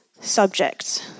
subjects